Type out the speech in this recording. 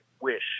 wish